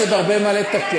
יש עוד הרבה מה לתקן.